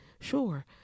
Sure